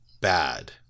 bad